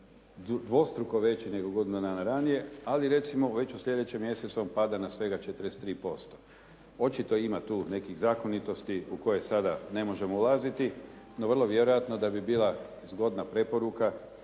dvostruko veći nego godinu dana ranije ali recimo već u slijedećem mjesecu on pada na svega 43%. Očito ima tu nekih zakonitosti u koje sada ne možemo ulaziti, no vrlo vjerojatno da bi bila zgodna preporuka